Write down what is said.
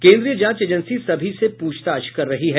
केन्द्रीय जांच एजेंसी सभी से पूछताछ कर रही है